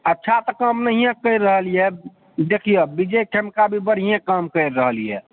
अच्छा तऽ काम नहिहे करि रहल यऽ देखियौ विजय खेमका भी बढिये काम करि रहल यऽ